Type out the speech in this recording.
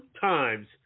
times